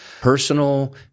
personal